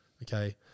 Okay